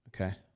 Okay